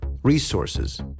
resources